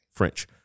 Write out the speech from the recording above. French